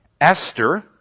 Esther